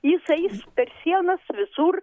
jis eis per sienas visur